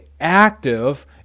active